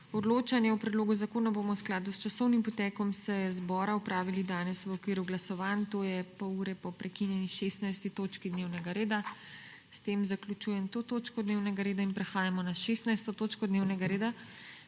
Odločanje o predlogu zakona bomo v skladu z časovnim potekom seje zbora opravili danes v okviru glasovanj to je pol ure po prekinjeni 16. točki dnevnega reda. S tem zaključujem to točko dnevnega reda. Prehajamo na 16. TOČKO DNEVNEGA REDA,